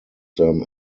them